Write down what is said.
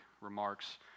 remarks